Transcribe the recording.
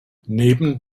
neben